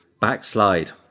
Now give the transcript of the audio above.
backslide